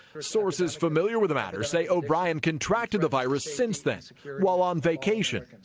sources familiar with the matter say o'brian contracted the virus since then while on vacation.